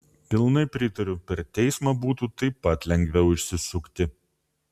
pilnai pritariu per teismą būtų taip pat lengviau išsisukti